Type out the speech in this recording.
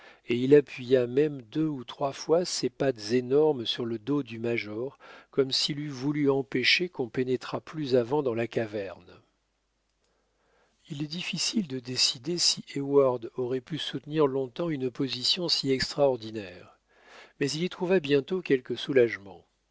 et il appuya même deux ou trois fois ses pattes énormes sur le dos du major comme s'il eût voulu empêcher qu'on pénétrât plus avant dans la caverne il est difficile de décider si heyward aurait pu soutenir longtemps une position si extraordinaire mais il y trouva bientôt quelque soulagement